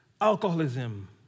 alcoholism